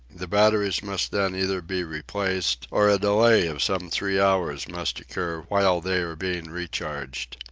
the batteries must then either be replaced, or a delay of some three hours must occur while they are being recharged.